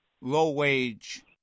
low-wage